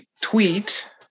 tweet